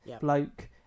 bloke